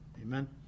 Amen